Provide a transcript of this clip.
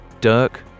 Dirk